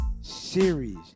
series